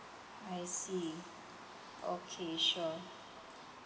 I see okay sure